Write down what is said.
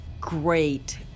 great